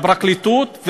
לפרקליטות,